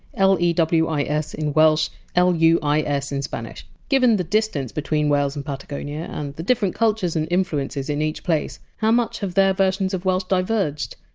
l e w i s in welsh l u i s in spanish given the distance between wales and patagonia, and the different cultures and influences in each place, how much have their versions of welsh diverged?